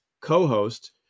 co-host